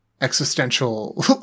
existential